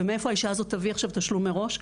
מאיפה האישה הזאת תביא עכשיו תשלום מראש?